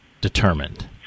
determined